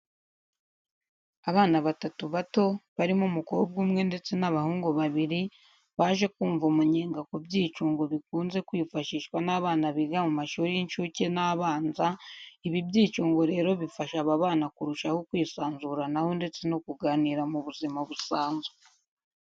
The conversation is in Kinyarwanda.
Abana batatu bato barimo umukobwa umwe ndetse n'abahungu babiri baje kumva umunyenga ku byicungo bikunze kwifashishwa n'abana biga mu mashuri y'incuke n'abanza, ibi byicungo rero bifasha aba bana kurushaho kwisanzuranaho ndetse no kuganira mu buzima busanzwe.